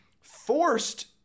forced